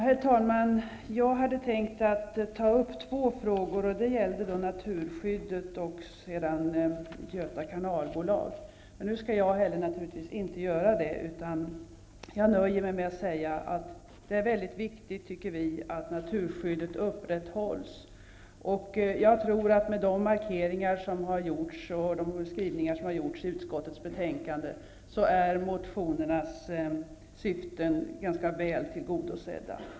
Herr talman! Jag hade tänkt att ta upp två frågor, dels nu naturskyddet, dels nu Göta kanalbolag. Nu skall jag naturligtvis inte göra det, utan jag nöjer mig med att säga att vi tycker att det är väldigt viktigt att naturskyddet upprätthålls. Med de markeringar och skrivningar som har gjorts i utskottets betänkande är motionernas krav ganska väl tillgodosedda.